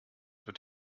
wird